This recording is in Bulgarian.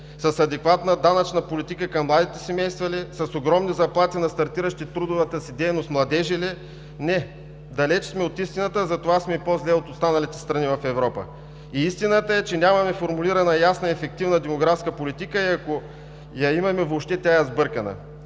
С адекватна данъчна политика към младите семейства ли? С огромни заплати на стартиращи в трудовата си дейност младежи ли? Не! Далеч сме от истината. Затова сме по-зле от останалите страни в Европа. Истината е, че нямаме ясно формулирана ясна и ефективна демографска политика и ако я имаме въобще тя е сбъркана.